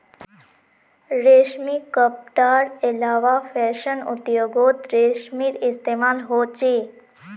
रेशमी कपडार अलावा फैशन उद्द्योगोत रेशमेर इस्तेमाल होचे